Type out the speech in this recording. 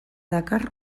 dakar